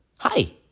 Hi